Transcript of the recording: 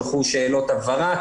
שלחו שאלות הבהרה,